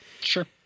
sure